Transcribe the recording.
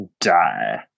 die